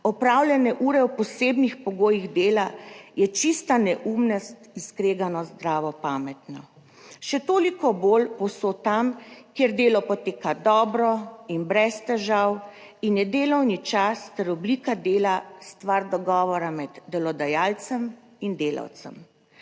opravljene ure v posebnih pogojih dela je čista neumnost, skregano zdravo, pametno, še toliko bolj povsod tam, kjer delo poteka dobro in brez težav in je delovni čas ter oblika dela stvar dogovora med delodajalcem in delavcem.